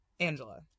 Angela